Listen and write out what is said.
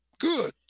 Good